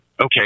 Okay